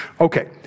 Okay